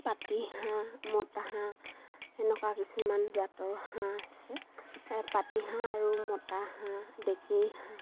পাতি হাঁহ মতাহাঁহ তেনেকুৱা কিছুমান জাতৰ হাঁহ আছে পাতি হাঁহ আৰু মতাহাঁহ ডেকেই হাঁহ